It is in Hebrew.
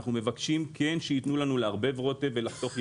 אנחנו מבקשים שייתנו לנו לערבב רוטב ולחתוך ירק.